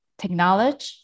Technology